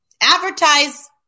advertise